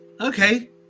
okay